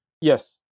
Yes